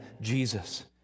Jesus